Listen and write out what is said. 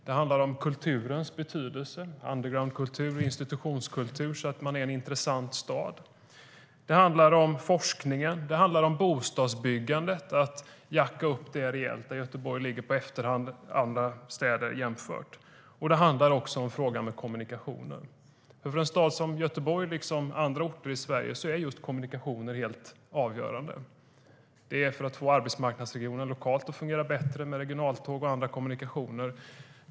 Det handlar om kulturens betydelse, undergroundkultur och institutionskultur, så att man är en intressant stad. Det handlar om forskningen. Det handlar om bostadsbyggandet och att jacka upp det rejält eftersom Göteborg ligger efter jämfört med andra städer. Det handlar också om kommunikationer. För en stad som Göteborg, liksom andra orter i Sverige, är just kommunikationer helt avgörande. Det är för att få arbetsmarknadsregionen lokalt att fungera bättre med regionaltåg och andra kommunikationer.